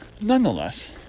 nonetheless